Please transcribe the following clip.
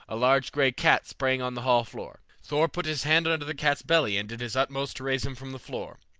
a large gray cat sprang on the hall floor. thor put his hand under the cat's belly and did his utmost to raise him from the floor,